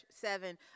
seven